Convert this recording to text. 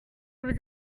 vous